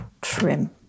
trim